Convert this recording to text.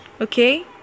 Okay